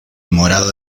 morado